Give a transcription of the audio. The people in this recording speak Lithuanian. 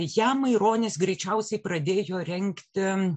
ją maironis greičiausiai pradėjo rengti